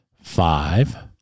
five